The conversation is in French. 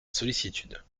sollicitude